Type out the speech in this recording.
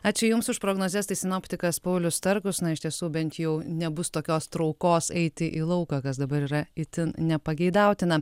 ačiū jums už prognozes tai sinoptikas paulius starkus na iš tiesų bent jau nebus tokios traukos eiti į lauką kas dabar yra itin nepageidautina